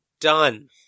Done